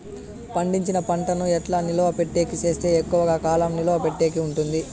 పండించిన పంట ను ఎట్లా నిలువ పెట్టేకి సేస్తే ఎక్కువగా కాలం నిలువ పెట్టేకి ఉంటుంది?